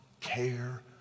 care